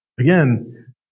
again